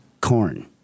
corn